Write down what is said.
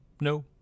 no